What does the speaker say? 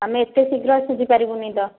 ଆମେ ଏତେ ଶୀଘ୍ର ସୁଝିପାରିବୁ ନି ତ